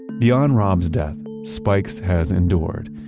beyond rob's death, spikes has endured.